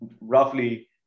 roughly